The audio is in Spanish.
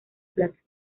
plaza